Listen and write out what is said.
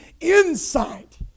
insight